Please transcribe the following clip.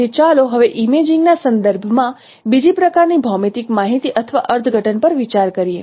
તેથી ચાલો હવે ઇમેજિંગ ના સંદર્ભમાં બીજી પ્રકારની ભૌમિતિક માહિતી અથવા અર્થઘટન પર વિચાર કરીએ